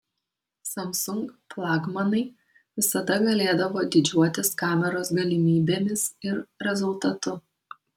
samsung flagmanai visada galėdavo didžiuotis kameros galimybėmis ir rezultatu